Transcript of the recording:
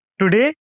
Today